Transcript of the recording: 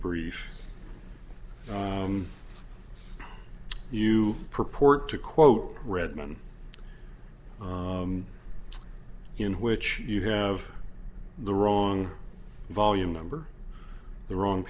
brief you purport to quote redmon in which you have the wrong volume number the wrong